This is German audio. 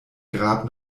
grab